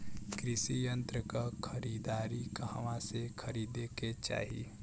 कृषि यंत्र क खरीदारी कहवा से खरीदे के चाही?